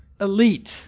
elite